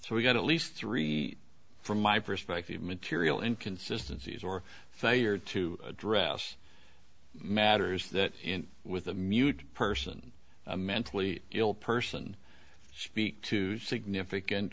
so we got at least three from my perspective material inconsistency is or failure to address matters that with a mute person a mentally ill person speak to significant